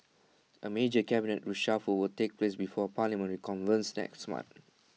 A major cabinet reshuffle will take place before parliament reconvenes next month